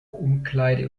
umkleide